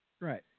Right